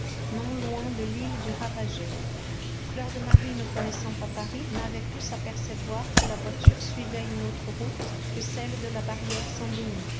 non loin de l'île du ravageur fleur de marie ne connaissant pas paris n'avait pu s'apercevoir que la voiture suivait une autre route que celle de la barrière saint-denis